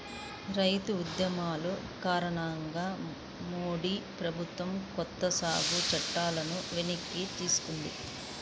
రైతు ఉద్యమాల కారణంగా మోడీ ప్రభుత్వం కొత్త సాగు చట్టాలను వెనక్కి తీసుకుంది